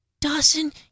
Dawson